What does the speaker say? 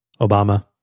Obama